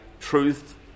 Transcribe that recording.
truth